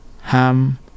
Ham